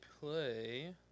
play